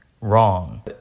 Wrong